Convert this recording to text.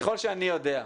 ככל שאני יודע,